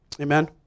Amen